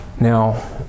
Now